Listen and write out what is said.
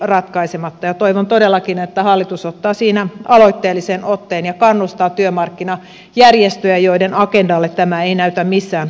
toivon todellakin että hallitus ottaa siinä aloitteellisen otteen ja kannustaa työmarkkinajärjestöjä joiden agendalle tämä ei näytä missään olosuhteissa mahtuvan